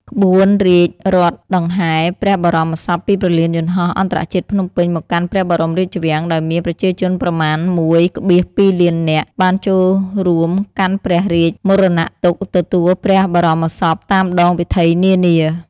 ក្បួនរាជរថដង្ហែព្រះបរមសពពីព្រលានយន្តហោះអន្តរជាតិភ្នំពេញ មកកាន់ព្រះបរមរាជវាំង ដោយមានប្រជាជនប្រមាណ ១,២ លាននាក់ បានចូលរួមកាន់ព្រះរាជមរណទុក្ខទទួលព្រះបរមសពតាមដងវិថីនានា។